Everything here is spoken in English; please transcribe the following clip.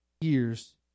years